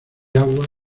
agua